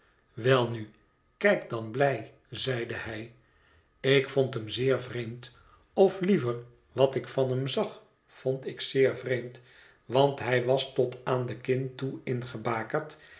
welnu kijk dan blij zeide hij ik vond hem zeer vreemd of liever wat ik van hem zag vond ik zeer vreemd want hij was tot aan de kin toe ingebakerd en